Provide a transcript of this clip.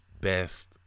best